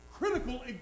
critical